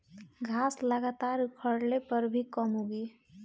घास लगातार उखड़ले पर भी कम उगी